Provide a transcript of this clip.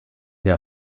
der